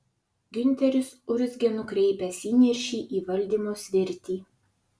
giunteris urzgė nukreipęs įniršį į valdymo svirtį